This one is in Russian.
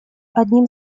одним